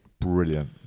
brilliant